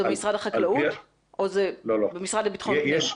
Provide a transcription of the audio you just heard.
זה במשרד החקלאות או שזה במשרד לביטחון פנים?